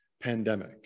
pandemic